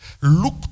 Look